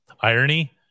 Irony